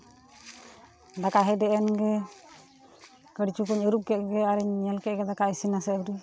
ᱫᱟᱠᱟ ᱦᱮᱰᱮᱡ ᱮᱱᱜᱮ ᱠᱟᱹᱬᱪᱩ ᱠᱩᱧ ᱟᱹᱨᱩᱵ ᱠᱮᱫᱜᱮ ᱟᱨᱤᱧ ᱧᱮᱞ ᱠᱮᱫᱜᱮ ᱫᱟᱠᱟ ᱤᱥᱤᱱ ᱮᱱᱟᱥᱮ ᱟᱹᱣᱨᱤ